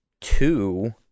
Two